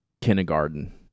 kindergarten